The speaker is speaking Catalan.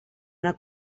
una